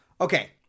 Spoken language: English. Okay